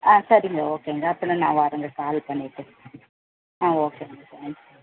ஆ சரிங்க ஓகேங்க அப்படின்னா நான் வரேங்க கால் பண்ணிட்டு ஆ ஓகேங்க தேங்க்ஸ்ங்க